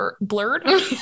blurred